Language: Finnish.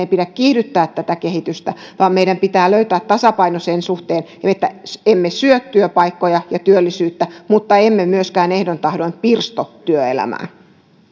ei pidä kiihdyttää tätä kehitystä vaan meidän pitää löytää tasapaino sen suhteen että emme syö työpaikkoja ja työllisyyttä mutta emme myöskään ehdoin tahdoin pirsto työelämää